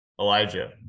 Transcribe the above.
Elijah